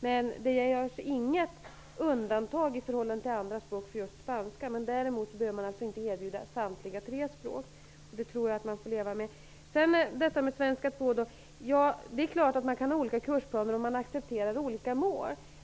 Det görs alltså inget undantag i förhållande till andra språk för just spanska, men däremot behöver skolorna som sagt inte erbjuda samtliga tre språk. Det tror jag att man får leva med. Sedan detta med svenska 2. Det är klart att man kan ha olika kursplaner om man accepterar olika mål.